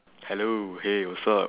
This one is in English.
hello hey what's up